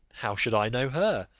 how should i know her,